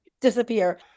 disappear